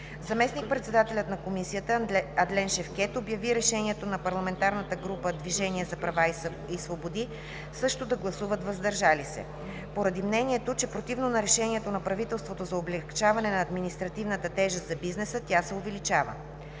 Заместник – председателят на комисията Адлен Шевкед обяви решението на парламентарната група „Движение за права и свободи“ също да гласуват „въздържали се“, поради мнението, че противно на решението на правителството за облекчаване на административната тежест за бизнеса, тя се увеличава.